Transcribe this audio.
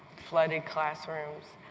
flooded classrooms.